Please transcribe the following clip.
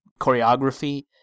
choreography